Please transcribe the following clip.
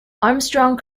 armstrong